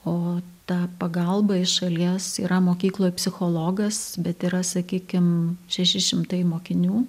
o ta pagalba iš šalies yra mokykloje psichologas bet yra sakykim šeši šimtai mokinių